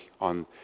on